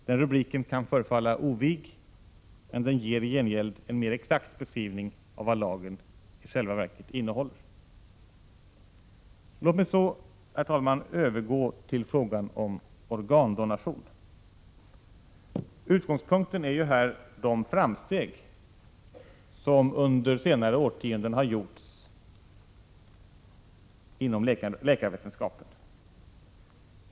Den rubriken kan förefalla ovig, men den ger i gengäld en mer exakt beskrivning av vad lagen i själva verket innehåller. Herr talman! Låt mig så övergå till frågan om organdonation. Utgångspunkten är ju här de framsteg som under senare årtionden har gjorts inom läkarvetenskapen.